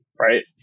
right